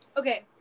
Okay